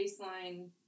baseline